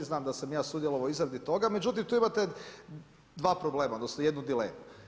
Znam da sam ja sudjelovao u izradi toga, međutim tu imate dva problema, odnosno jednu dilemu.